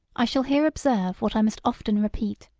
i shall here observe, what i must often repeat,